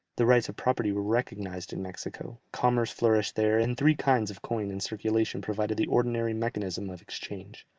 the rights of property were recognized in mexico, commerce flourished there, and three kinds of coin in circulation provided the ordinary mechanism of exchange.